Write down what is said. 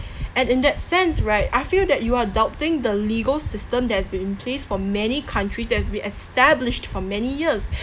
and in that sense right I feel that you are doubting the legal system that has been in place for many countries that we established for many years